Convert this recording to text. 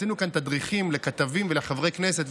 עשינו כאן תדריכים לכתבים ולחברי כנסת,